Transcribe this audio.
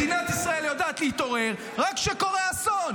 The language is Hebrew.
מדינת ישראל יודעת להתעורר רק כשקורה אסון.